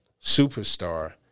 Superstar